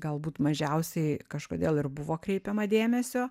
galbūt mažiausiai kažkodėl ir buvo kreipiama dėmesio